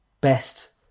best